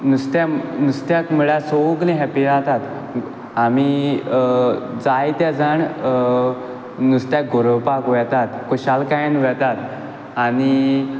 नुस्त्याक नुस्त्याक म्हणल्या सोगलीं हॅप्पी जातात आमी जायते जाण नुस्त्या गोरोवपाक वेतात खुशालकायेन वेतात आनी